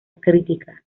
crítica